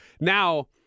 Now